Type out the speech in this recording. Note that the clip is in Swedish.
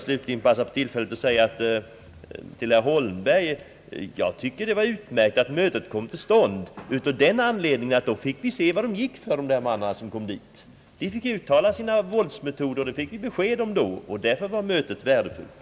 Slutligen vill jag säga till herr Holmberg: Jag tycker det är utmärkt att det här mötet med regeringen kom till stånd av den anledningen att vi där fick reda på vad de deltagande ungdomarna går för. De fick där ge besked om sina våldsmetoder. Därför var detta möte värdefullt.